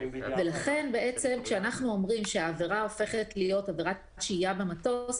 ולכן כשאנחנו אומרים שהעבירה הופכת להיות עבירת שהייה במטוס,